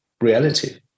reality